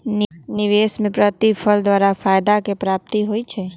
निवेश में प्रतिफल द्वारा फयदा के प्राप्ति होइ छइ